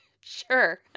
Sure